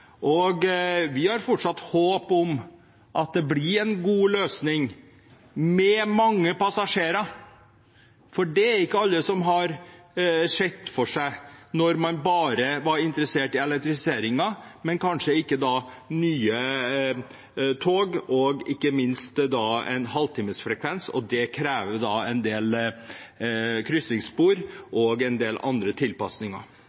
Steinkjer. Vi har fortsatt håp om at det blir en god løsning med mange passasjerer, for det er det ikke alle som har sett for seg når man bare var interessert i elektrifiseringen og kanskje ikke nye tog og ikke minst en halvtimes frekvens. Det krever en del